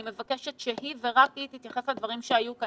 אני מבקשת שהיא ורק היא תתייחס לדברים שהיו כאן.